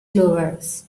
clovers